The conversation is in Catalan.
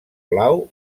blau